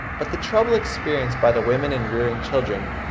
but the trouble experienced by the women in rearing children,